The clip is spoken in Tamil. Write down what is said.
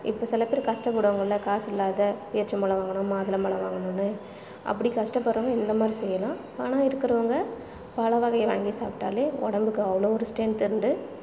இப்போ சிலப்பேர் கஷ்டப்படுவாங்கள்ல காசு இல்லாத பேரிச்சம்பழம் வாங்கணும் மாதுளம்பழம் வாங்கணுன்னு அப்படி கஷ்டப்படுறவங்க இந்த மாதிரி செய்யலாம் பணம் இருக்கிறவுங்க பழ வகையை வாங்கி சாப்பிட்டாலே உடம்புக்கு அவ்வளோ ஒரு ஸ்ட்ரென்த் உண்டு